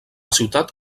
ciutat